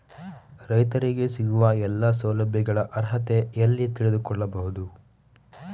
ರೈತರಿಗೆ ಸಿಗುವ ಎಲ್ಲಾ ಸೌಲಭ್ಯಗಳ ಅರ್ಹತೆ ಎಲ್ಲಿ ತಿಳಿದುಕೊಳ್ಳಬಹುದು?